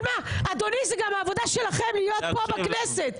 אדוני, זו גם העבודה שלכם להיות פה בכנסת.